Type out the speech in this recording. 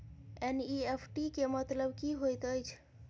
NEFT केँ मतलब की होइत अछि?